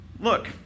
look